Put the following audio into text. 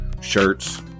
shirts